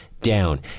down